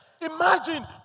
Imagine